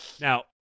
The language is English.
Now